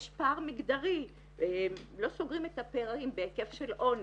יש פער מגדרי, לא סוגרים את הפערים בהיקף של עוני,